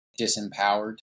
disempowered